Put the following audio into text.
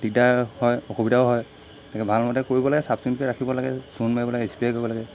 দিগদাৰ হয় অসুবিধাও হয় তেনেকৈ ভাল মতে কৰিব চাফ চিকুণকৈ ৰাখিব লাগে চূণ মাৰিব লাগে স্প্ৰে কৰিব লাগে